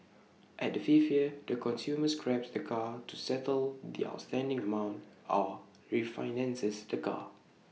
at the fifth year the consumer scraps the car to settle the outstanding amount or refinances the car